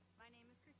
my name is